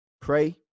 Pray